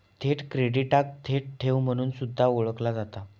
थेट क्रेडिटाक थेट ठेव म्हणून सुद्धा ओळखला जाता